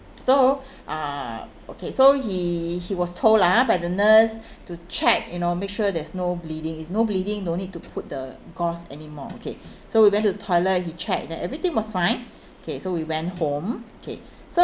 so uh okay so he he was told lah ha by the nurse to check you know make sure there's no bleeding if no bleeding no need to put the gauze anymore okay so we went to the toilet he checked then everything was fine okay so we went home okay so